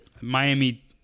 Miami